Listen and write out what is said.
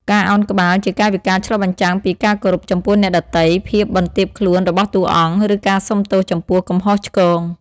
ការឱនក្បាល ជាកាយវិការឆ្លុះបញ្ចាំងពីការគោរពចំពោះអ្នកដទៃ ភាពបន្ទាបខ្លួនរបស់តួអង្គ ឬការសុំទោសចំពោះកំហុសឆ្គង។